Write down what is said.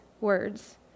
words